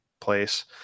place